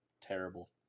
terrible